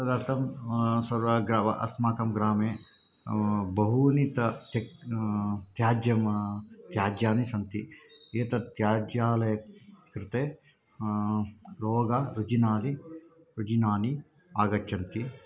तदर्थं सर्वे अस्माकं ग्रामे बहूनि त त्यक् त्याज्यं त्याज्यानि सन्ति एतत् त्याज्यालयस्य कृते रोगरुग्णादि रुग्णादि आगच्छन्ति